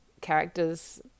characters